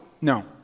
no